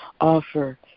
offer